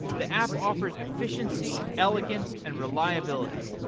the app offers efficiency, elegance, and reliability.